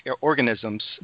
organisms